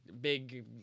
big